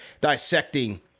Dissecting